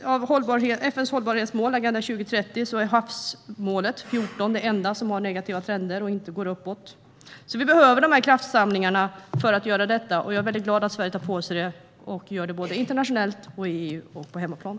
Av FN:s hållbarhetsmål i Agenda 2030 är havsmålet det enda som har en negativ trend och inte går uppåt. Vi behöver alltså denna kraftsamling, och jag är glad att Sverige tar på sig att göra den såväl internationellt som i EU och på hemmaplan.